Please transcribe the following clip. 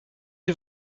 die